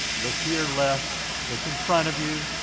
look to your left, look in front of you,